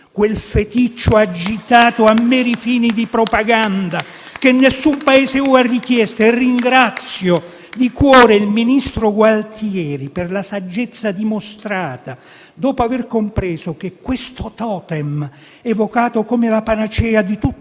quel feticcio agitato a meri fini di propaganda che nessun Paese UE ha richiesto. Ringrazio di cuore il ministro Gualtieri per la saggezza dimostrata dopo aver compreso che questo *totem*, evocato come la panacea di tutte